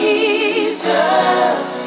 Jesus